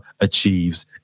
achieves